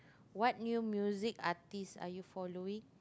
what new music artist are you following